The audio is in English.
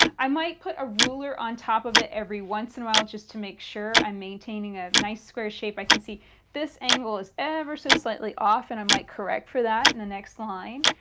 i might put a ruler on top of it every once in a while just to make sure i'm maintaining a nice square shape. i can see this angle is ever so slightly off and i might correct for that in the next line.